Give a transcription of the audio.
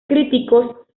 críticos